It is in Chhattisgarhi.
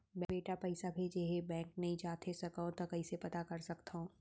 बेटा पइसा भेजे हे, बैंक नई जाथे सकंव त कइसे पता कर सकथव?